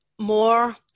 more